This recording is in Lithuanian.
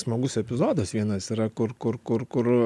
smagus epizodas vienas yra kur kur kur kur